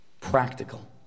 practical